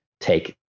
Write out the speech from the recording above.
take